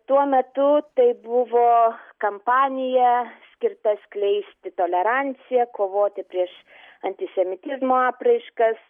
tuo metu tai buvo kampanija skirta skleisti toleranciją kovoti prieš antisemitizmo apraiškas